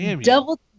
double